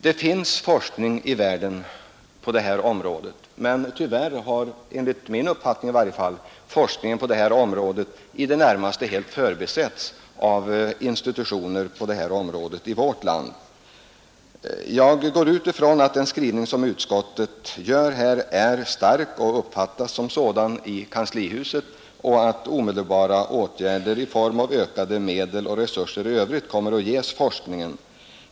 Det finns forskning ute i världen på detta område, men tyvärr har, enligt min uppfattning i varje fall, forskningen på detta fält i det närmaste helt förbisetts av motsvarande institutioner i vårt land. Jag går ut ifrån att den skrivning som utskottet gör här är stark som herr Hansson sade och uppfattas som sådan i kanslihuset och att omedelbara åtgärder i form av ökade medel och resurser i övrigt kommer att ges denna forskning.